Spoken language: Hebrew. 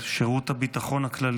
שירות הביטחון הכללי,